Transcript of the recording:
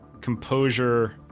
composure